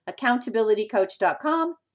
accountabilitycoach.com